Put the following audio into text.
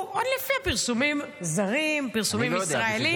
לפי פרסומים זרים, פרסומים ישראליים.